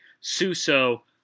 Suso